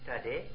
study